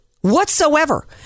whatsoever